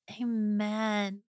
Amen